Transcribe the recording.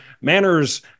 manners